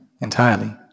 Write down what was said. entirely